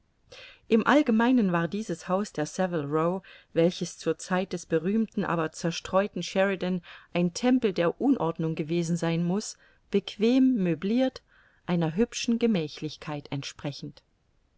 im allgemeinen war dieses haus der saville row welches zur zeit des berühmten aber zerstreuten sheridan ein tempel der unordnung gewesen sein muß bequem möblirt einer hübschen gemächlichkeit entsprechend